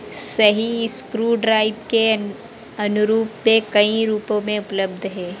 सही screw drive के अनुरूप पे कईं रूपों में उपलब्ध है